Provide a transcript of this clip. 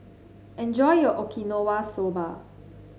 enjoy your Okinawa Soba